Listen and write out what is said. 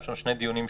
אלה שני דיונים שונים.